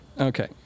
okay